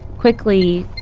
quickly